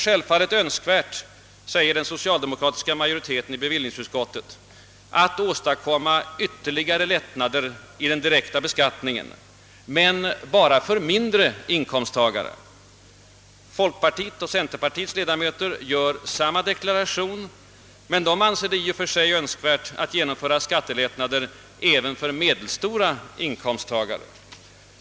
Självfallet är det önskvärt, säger den socialdemokratiska majoriteten i bevillningsutskottet, att åstadkomma ytterligare lättnader i den direkta beskattningen — men bara för »mindre inkomsttagare». Folkpartiets och centerpartiets ledamöter gör samma deklaration men anser det i och för sig önskvärt att skattelättnader genomföres även »för medelstora inkomsttagare».